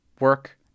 work